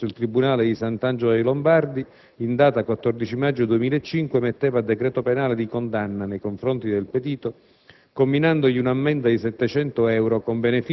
A seguito di tale chiamata in correità, il GIP presso il tribunale di Sant'Angelo dei Lombardi, in data 14 maggio 2005, emetteva decreto penale di condanna nei confronti del Petito,